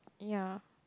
ya